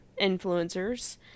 influencers